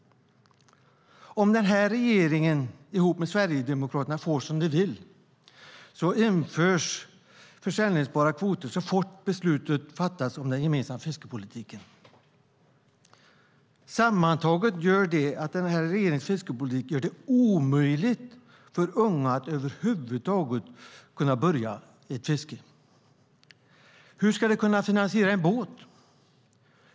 Om den här regeringen ihop med Sverigedemokraterna får som de vill införs försäljningsbara kvoter så fort beslut har fattats om den gemensamma fiskeripolitiken. Sammantaget gör regeringens fiskeripolitik det omöjligt för unga att över huvud taget kunna börja inom fisket. Hur ska de kunna finansiera en båt?